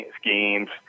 schemes